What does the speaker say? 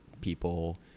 people